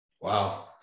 Wow